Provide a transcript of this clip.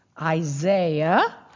isaiah